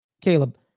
Caleb